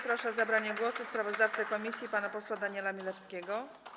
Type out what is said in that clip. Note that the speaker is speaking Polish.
Proszę o zabranie głosu sprawozdawcę komisji pana posła Daniela Milewskiego.